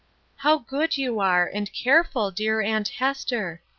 how good you are, and careful, dear aunt hester!